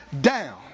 down